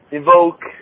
evoke